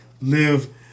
live